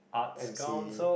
M_C